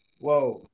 whoa